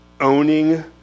Owning